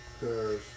Cause